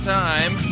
time